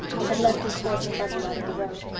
he had left his horse and buggy out at the road.